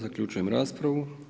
Zaključujem raspravu.